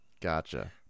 Gotcha